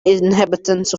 inhabitants